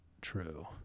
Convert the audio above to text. true